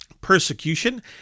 Persecution